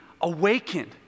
awakened